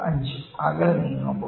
5 അകലെ നീങ്ങുമ്പോൾ